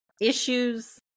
issues